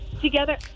together